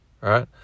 right